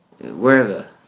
wherever